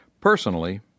Personally